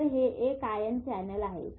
तरहे एक ion channel आहे